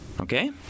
Okay